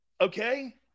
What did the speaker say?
okay